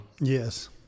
yes